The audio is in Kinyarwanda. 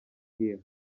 here